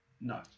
No